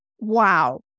Wow